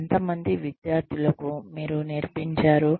ఎంత మంది విద్యార్థులుకు మీరు నేర్పించారు